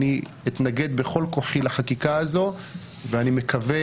אתנגד בכל כוחי לחקיקה הזו ואני מקווה